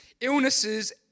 illnesses